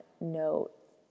note